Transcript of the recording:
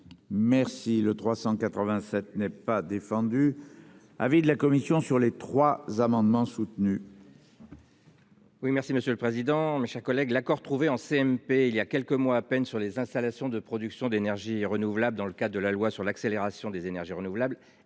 Merci. Le 387 n'est pas défendu. Avis de la commission sur les trois amendements soutenus.